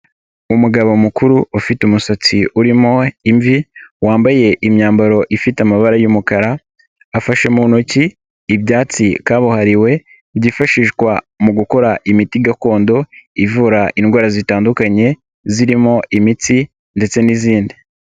Umugabo mukuru ufite umusatsi urimo imvi, wambaye imyambaro ifite amabara y'umukara, afashe mu ntoki ibyatsi kabuhariwe byifashishwa mu gukora imiti gakondo ivura indwara zitandukanye zirimo imitsi ndetse n'izindi.